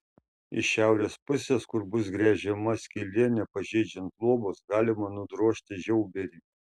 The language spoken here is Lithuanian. iš šiaurės pusės kur bus gręžiama skylė nepažeidžiant luobos galima nudrožti žiauberį